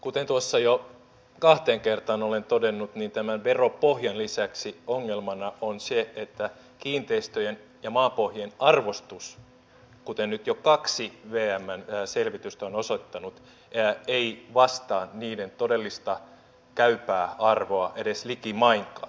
kuten tuossa jo kahteen kertaan olen todennut tämän veropohjan lisäksi ongelmana on se että kiinteistöjen ja maapohjien arvostus kuten nyt jo kaksi vmn selvitystä on osoittanut ei vastaa niiden todellista käypää arvoa edes likimainkaan